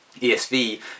ESV